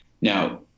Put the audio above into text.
Now